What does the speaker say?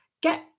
get